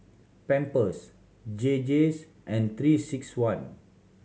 Pampers J J and Three Six One